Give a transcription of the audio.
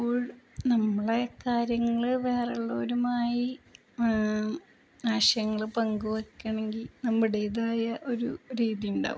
അപ്പോൾ നമ്മളെ കാര്യങ്ങള് വേറെയുള്ളവരുമായി ആ ആശയങ്ങള് പങ്കുവയ്ക്കണമെങ്കില് നമ്മുടേതായ ഒരു രീതിയുണ്ടാവും